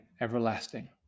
everlasting